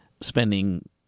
spending